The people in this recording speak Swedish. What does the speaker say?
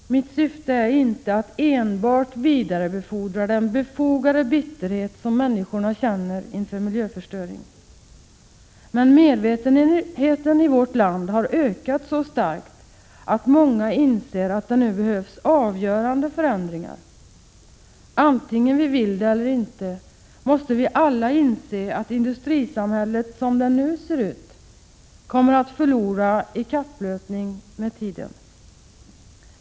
Mitt syfte är inte enbart att vidarebefordra den befogade bitterhet som människorna känner inför miljöförstöring. Medvetenheten i vårt land har ökat så starkt att många inser att det nu behövs avgörande förändringar. Antingen vi vill det eller inte måste vi alla inse att industrisamhället som det nu ser ut kommer att förlora i kapplöpningen med tiden.